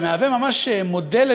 ומשמש ממש מודל,